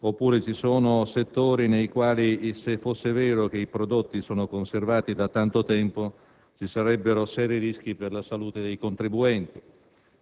oppure ci sono settori nei quali, se fosse vero che i prodotti sono conservati da molto tempo, ci sarebbero seri rischi per la salute dei contribuenti.